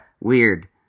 weird